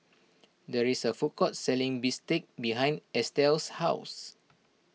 there is a food court selling Bistake behind Estell's house